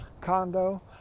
condo